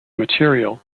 material